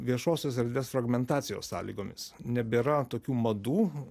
viešosios erdvės fragmentacijos sąlygomis nebėra tokių madų